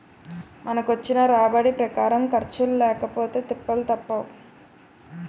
మనకొచ్చిన రాబడి ప్రకారం ఖర్చులు లేకపొతే తిప్పలు తప్పవు